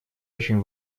очень